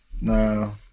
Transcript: no